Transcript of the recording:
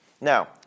Now